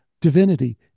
divinity